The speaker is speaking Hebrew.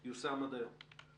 יושם עד היום.